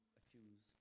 accuse